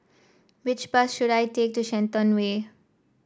which bus should I take to Shenton Way